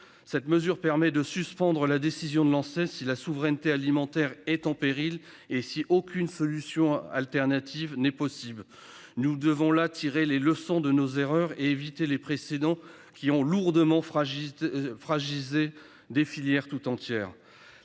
Cette mesure permet de suspendre la décision de lancer, si la souveraineté alimentaire est en péril et si aucune solution alternative n'est possible. Nous devons la tirer les leçons de nos erreurs et éviter les précédents qui ont lourdement fragile fragilisés des filières toute entière.